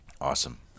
Awesome